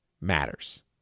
matters